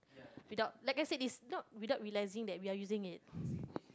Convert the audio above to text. without like I said it's not without realising that we are using it